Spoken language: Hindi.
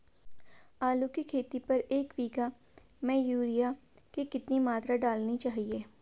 आलू की खेती पर एक बीघा में यूरिया की कितनी मात्रा डालनी चाहिए?